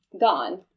gone